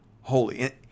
holy